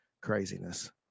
craziness